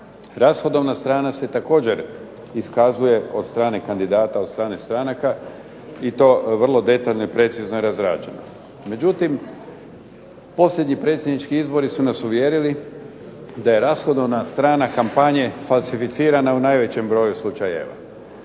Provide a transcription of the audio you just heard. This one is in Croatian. Rashodovna strana se također iskazuje od strane kandidata, od strane stranaka i to vrlo detaljno i precizno je razrađena. Međutim, posljednji predsjednički izbori su nas uvjerili da je rashodovna strana kampanje falsificirana u najvećem broju slučajeva.